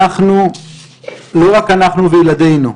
לא רק אנחנו וילדינו,